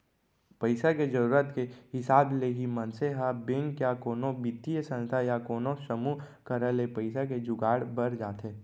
पइसा के जरुरत के हिसाब ले ही मनसे ह बेंक या कोनो बित्तीय संस्था या कोनो समूह करा ले पइसा के जुगाड़ बर जाथे